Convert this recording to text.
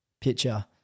picture